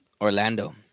Orlando